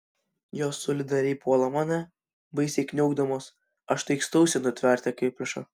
jos solidariai puola mane baisiai kniaukdamos aš taikstausi nutverti akiplėšą